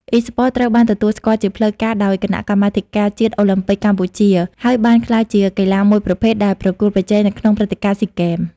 អុីស្ព័ត ត្រូវបានទទួលស្គាល់ជាផ្លូវការដោយ គណៈកម្មាធិការជាតិអូឡាំពិកកម្ពុជា ហើយបានក្លាយជាកីឡាមួយប្រភេទដែលប្រកួតប្រជែងនៅក្នុងព្រឹត្តិការណ៍ ស៊ីហ្គេម។